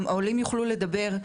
העולים יוכלו לדבר,